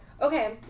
Okay